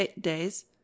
days